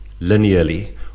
linearly